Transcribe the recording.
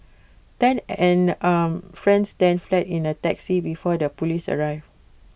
Tan and friends then fled in A taxi before the Police arrived